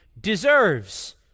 deserves